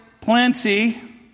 plenty